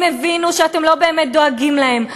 הם הבינו שאתם לא באמת דואגים להם.